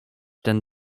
ten